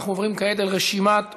אנחנו עוברים כעת לרשימת הדוברים.